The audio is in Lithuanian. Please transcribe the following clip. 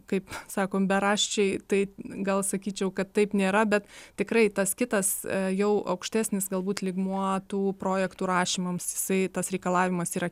kaip sakom beraščiai tai gal sakyčiau kad taip nėra bet tikrai tas kitas jau aukštesnis galbūt lygmuo tų projektų rašymams jisai tas reikalavimas yra